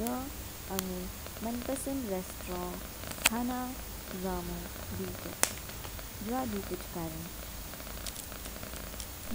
ग आंगू मनपसंद रेस्टोरेंट खाना ज़ामु बीतोक, जवा दू कुछ कारण ।